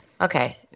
Okay